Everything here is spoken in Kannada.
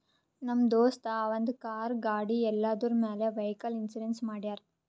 ನಮ್ ದೋಸ್ತ ಅವಂದ್ ಕಾರ್, ಗಾಡಿ ಎಲ್ಲದುರ್ ಮ್ಯಾಲ್ ವೈಕಲ್ ಇನ್ಸೂರೆನ್ಸ್ ಮಾಡ್ಯಾರ್